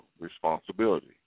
responsibility